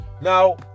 Now